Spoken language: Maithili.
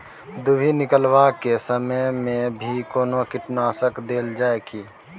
दुभी निकलबाक के समय मे भी कोनो कीटनाशक देल जाय की?